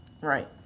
Right